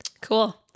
cool